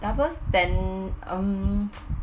double stand um